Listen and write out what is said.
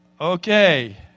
Okay